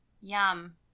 Yum